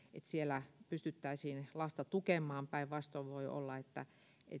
siellä pystyttäisiin lasta tukemaan päinvastoin voi olla että